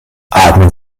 atmen